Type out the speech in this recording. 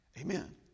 Amen